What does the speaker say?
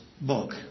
book